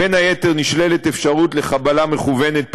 בין היתר נשללת אפשרות של חבלה מכוונת,